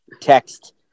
text